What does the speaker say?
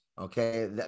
Okay